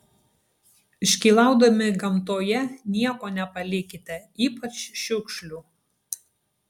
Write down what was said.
iškylaudami gamtoje nieko nepalikite ypač šiukšlių